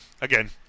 again